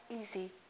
easy